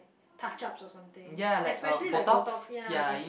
touch ups or something especially like Botox ya Botox